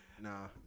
Nah